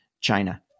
China